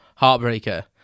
Heartbreaker